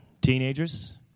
teenagers